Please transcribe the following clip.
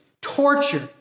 torture